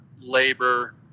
labor